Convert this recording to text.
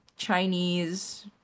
chinese